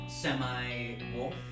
Semi-wolf